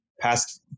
past